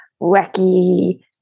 wacky